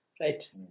right